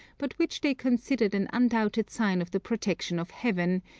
but which they considered an undoubted sign of the protection of heaven,